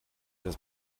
das